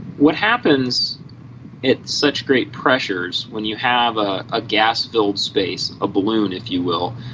what happens at such great pressures when you have a gas filled space, a balloon if you will,